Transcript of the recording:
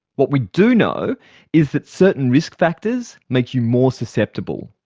what we do know is that certain risk factors make you more susceptible.